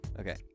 Okay